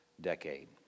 decade